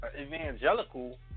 evangelical